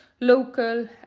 local